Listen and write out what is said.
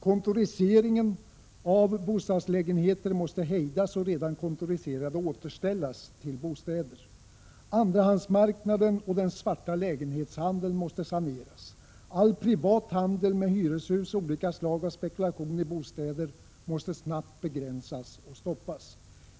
Kontoriseringen av bostadslägenheter måste hejdas och redan kontoriserade lägenheter återställas till bostäder. Andrahandsmarknaden och den svarta lägenhetshandeln måste saneras. All privat handel med hyreshus och olika slag av spekulation i bostäder måste snabbt begränsas och stoppas.